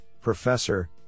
Professor